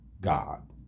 God